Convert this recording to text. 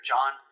John